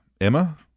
Emma